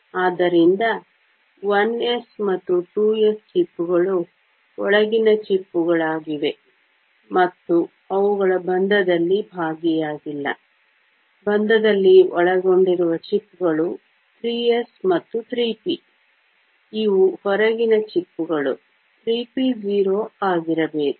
ಆದ್ದರಿಂದ 1s ಮತ್ತು 2s ಚಿಪ್ಪುಗಳು ಒಳಗಿನ ಚಿಪ್ಪುಗಳಾಗಿವೆ ಮತ್ತು ಅವುಗಳು ಬಂಧದಲ್ಲಿ ಭಾಗಿಯಾಗಿಲ್ಲ ಬಂಧದಲ್ಲಿ ಒಳಗೊಂಡಿರುವ ಚಿಪ್ಪುಗಳು 3s ಮತ್ತು 3p ಇವು ಹೊರಗಿನ ಚಿಪ್ಪುಗಳು 3p0 ಆಗಿರಬೇಕು